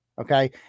okay